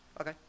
Okay